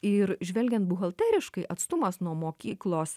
ir žvelgiant buhalteriškai atstumas nuo mokyklos